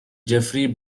jeffrey